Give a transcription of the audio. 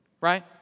Right